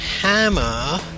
Hammer